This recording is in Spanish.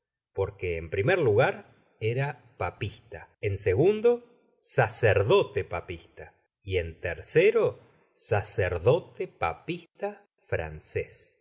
porque en primer lugar era papista en segundo sacerdote papista y en tercero sacerdote papista francés y